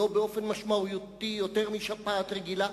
לא באופן משמעותי יותר משפעת רגילה,